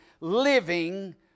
living